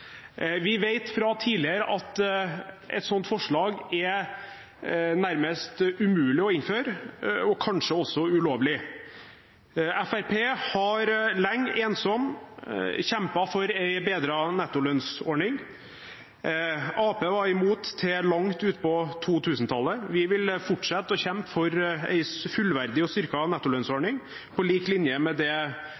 Vi vet fra tidligere at et sånt forslag er nærmest umulig å innføre og kanskje også ulovlig. Fremskrittspartiet har lenge ensomt kjempet for en bedret nettolønnsordning. Arbeiderpartiet var imot til langt ut på 2000-tallet. Vi vil fortsette å kjempe for en fullverdig og